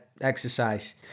Exercise